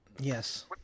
Yes